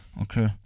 Okay